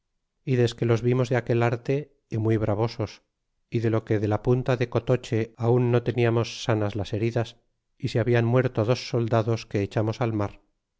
y desque los vimos de aquel arte y muy bravosos y de lo de la punta de cotoche aun no teniamos sanas las heridas y se hablan muerto dos soldados que echamos al mar